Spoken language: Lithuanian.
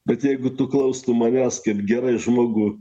bet jeigu tu klaustum manęs kad gerai žmogų